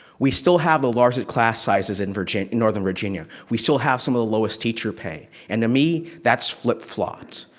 we still have the largest class sizes in northern virginia. we still have some of the lowest teacher pay. and to me, that's flip flopped.